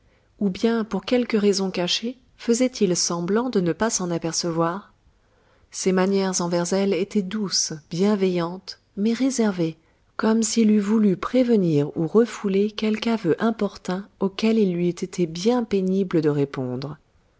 ou bien pour quelque raison cachée faisait-il semblant de ne pas s'en apercevoir ses manières envers elle étaient douces bienveillantes mais réservées comme s'il eût voulu prévenir ou refouler quelque aveu importun auquel il lui eût été pénible de répondre